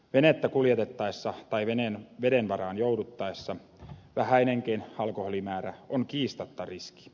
venettä kuljetettaessa tai veden varaan jouduttaessa vähäinenkin alkoholimäärä on kiistatta riski